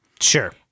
Sure